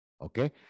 Okay